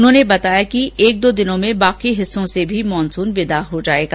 उन्होंने बताया कि एक दो दिनों में बाकी हिस्सों से भी मानसून विदा हो जाएगा